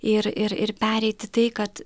ir ir ir pereiti tai kad